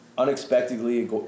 unexpectedly